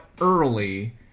early